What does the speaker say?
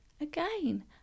Again